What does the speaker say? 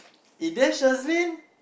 eh there Shazlin